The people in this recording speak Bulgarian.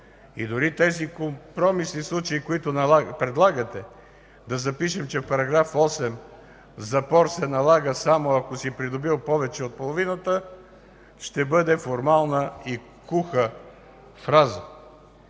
И дори тези компромисни случаи, които предлагате, да запишем, че в § 8 запор се налага само, ако си придобил повече от половината, ще бъде формална и куха фраза.